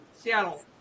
Seattle